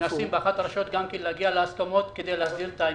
מנסים להגיע להסכמות כדי להסדיר את העניין.